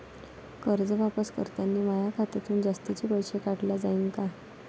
कर्ज वापस करतांनी माया खात्यातून जास्तीचे पैसे काटल्या जाईन का?